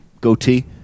goatee